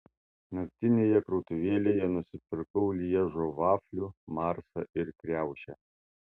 naktinėje krautuvėlėje nusipirkau lježo vaflių marsą ir kriaušę